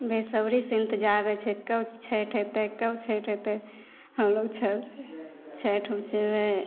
बेसब्रीसे इन्तजार रहै छै कब छठि अएतै कब छठि अएतै हमलोक छठि छठिमे जेबै